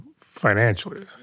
financially